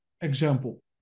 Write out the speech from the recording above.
example